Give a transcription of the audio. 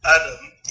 Adam